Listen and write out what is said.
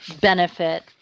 benefit